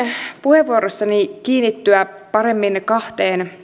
puheenvuorossani kiinnittyä paremmin kahteen